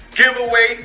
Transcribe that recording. giveaway